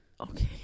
Okay